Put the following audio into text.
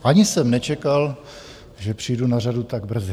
Ani jsem nečekal, že přijdu na řadu tak brzy.